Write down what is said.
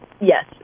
Yes